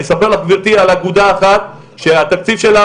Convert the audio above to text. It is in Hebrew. אני אספר לך גבירתי על אגודה אחת שהתקציב שלה